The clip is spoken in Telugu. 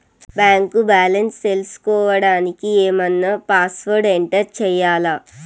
బ్యాంకు బ్యాలెన్స్ తెలుసుకోవడానికి ఏమన్నా పాస్వర్డ్ ఎంటర్ చేయాలా?